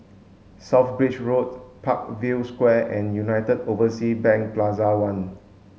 South Bridge Road Parkview Square and United Overseas Bank Plaza One